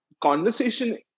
conversation